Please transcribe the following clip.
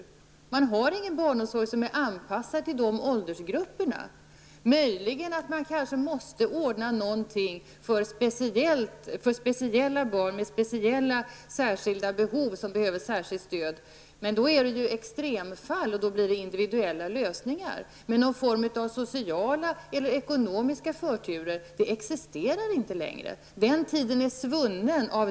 Det finns alltså inte någon barnomsorg som är anpassad till de aktuella åldersgrupperna. Möjligen måste man ordna något för barn med speciella behov, för barn som behöver särskilt stöd. Men då handlar det om extremfall, och då blir det fråga om individuella lösningar. Sociala eller ekonomiska förturer existerar inte längre -- den tiden är svunnen.